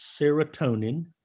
serotonin